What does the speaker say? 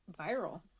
viral